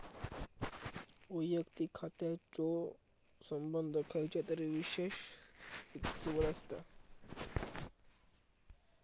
वैयक्तिक खात्याचो संबंध खयच्या तरी विशेष व्यक्तिसोबत असता